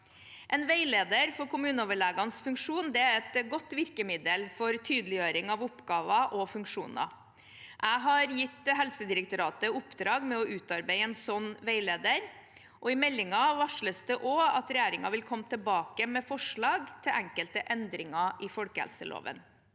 En veileder for kommuneoverlegens funksjon er et godt virkemiddel for tydeliggjøring av oppgaver og funksjoner. Jeg har gitt Helsedirektoratet et oppdrag med å utarbeide en slik veileder. I meldingen varsles det også at regjeringen vil komme tilbake med forslag til enkelte endringer i folkehelseloven.